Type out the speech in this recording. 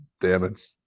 damage